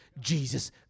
Jesus